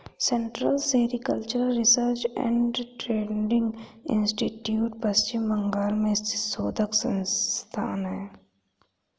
central sericultural research and training institute Paschim Bangal में स्थित शोध संस्थान है